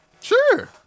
Sure